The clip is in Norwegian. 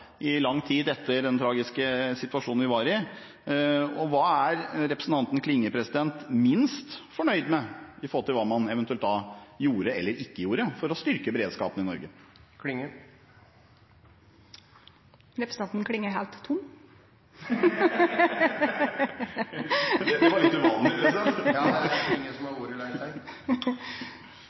i lang tid etter den tragiske situasjonen vi var i. Hva er representanten Klinge minst fornøyd med med tanke på hva man eventuelt gjorde eller ikke gjorde for å styrke beredskapen i Norge? Representanten Klinge er heilt tom! Det var litt uvanlig, president! Det er Klinge som har